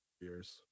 years